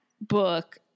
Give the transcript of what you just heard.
book